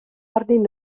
arnyn